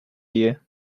year